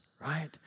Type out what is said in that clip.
right